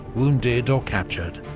wounded or captured.